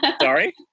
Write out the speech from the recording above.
Sorry